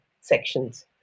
sections